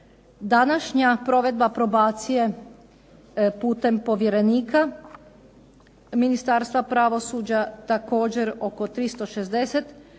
Današnja provedba probacije putem povjerenika Ministarstva pravosuđa također oko 360